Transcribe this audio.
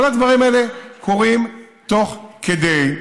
כל הדברים האלה קורים תוך כדי.